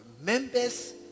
members